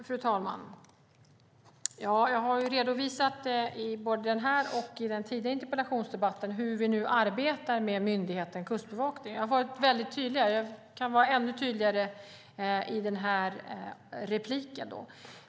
Fru talman! Jag har redovisat både i den här och i den tidigare interpellationsdebatten hur vi nu arbetar med myndigheten Kustbevakningen. Jag har varit väldigt tydlig, och jag ska vara ännu tydligare i det här inlägget.